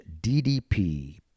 DDP